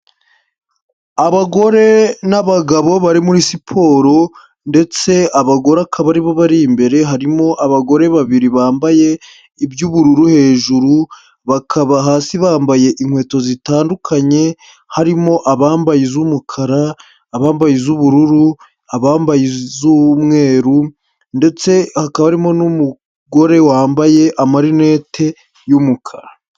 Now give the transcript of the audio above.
Abagore n'abagabo bari muri siporo ndetse abagore akaba aribo bari imbere, harimo abagore babiri bambaye iby'ubururu hejuru, bakaba hasi bambaye inkweto zitandukanye, harimo abambaye iz'umukara, abambaye iz'ubururu, abambaye iz'umweru ndetse hakaba harimo n'umugore wambaye amarinete y'umukara.